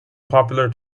popular